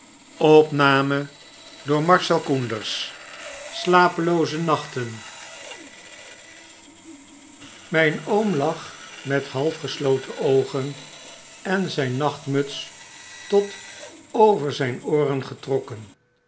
slapelooze naghten myn oo m lag met half geslotene oogen en zijn nachtmuts tot over zyn ooren getrokken